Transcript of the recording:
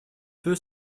peut